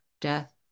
death